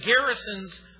garrisons